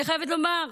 אני חייבת לומר,